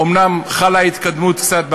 אומנם חלה התקדמות, קצת,